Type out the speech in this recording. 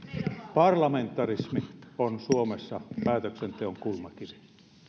parlamentarismi on suomessa päätöksenteon kulmakivi